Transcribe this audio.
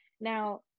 Now